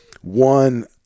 one